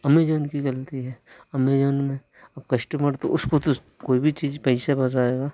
Amazon की गलती है अमेजन में अब कस्टमर तो उसको तो कोई भी चीज़ पैसा फंसाया है